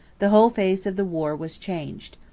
the whole face of the war was changed.